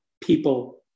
people